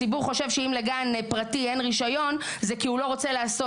הציבור חושב שאם לגן פרטי אין רישיון זה כי הוא לא רוצה לעשות.